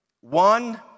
One